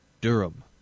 Durham